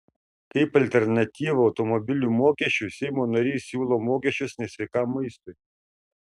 kaip alternatyvą automobilių mokesčiui seimo narys siūlo mokesčius nesveikam maistui